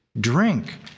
drink